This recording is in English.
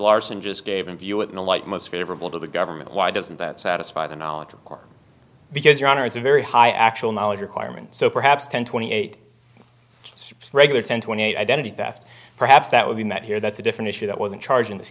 larson just gave a view in the light most favorable to the government why doesn't that satisfy the knowledge of court because your honor is a very high actual knowledge requirement so perhaps ten twenty eight just regular ten twenty eight identity theft perhaps that would be met here that's a different issue that wasn't charged in this